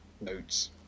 notes